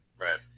Right